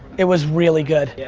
it was really good. yeah